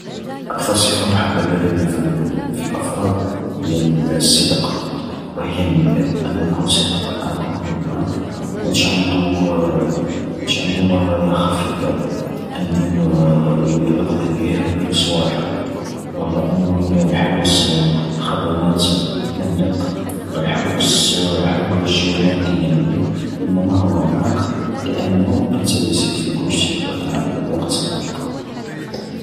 أكثر صفة محببة ليا في في الأفراد هي الصدق، وهي أن يكون صادق معاك منوي معاك، مايكونش عندو مايكونش عندو نوايا خفية، أنو يقضي بيه-بيك صوالحو ولا أنو يحوس خدمات منك، ولا يحوس حوايج مادية منك، انما هو معاك لانو انتيريسي فيك ويشتي يقعد معا الوقت معاك.